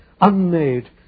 unmade